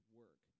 work